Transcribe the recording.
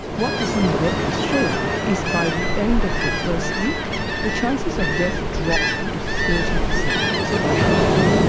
what this new work has shown is by the end of the first week the chances of death drop to thirty percent, so by half.